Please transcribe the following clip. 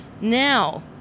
Now